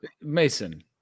Mason